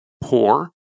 poor